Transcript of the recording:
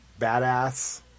badass